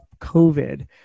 COVID